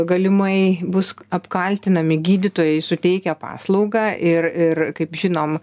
galimai bus apkaltinami gydytojai suteikę paslaugą ir ir kaip žinom